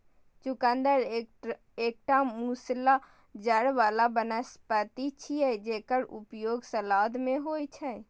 चुकंदर एकटा मूसला जड़ बला वनस्पति छियै, जेकर उपयोग सलाद मे होइ छै